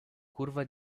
curva